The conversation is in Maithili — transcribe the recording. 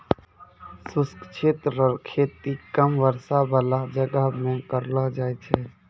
शुष्क क्षेत्र रो खेती कम वर्षा बाला जगह मे करलो जाय छै